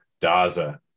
Daza